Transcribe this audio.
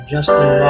Justin